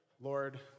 Lord